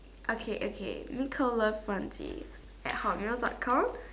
okay okay little love one tea at hotmail dot com